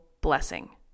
blessing